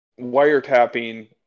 wiretapping